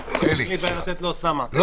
הוא לא חתם על הסדר ניגוד